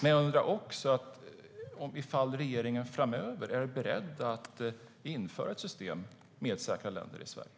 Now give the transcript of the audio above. Jag undrar också ifall regeringen framöver är beredd att införa ett system med säkra länder i Sverige.